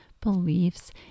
beliefs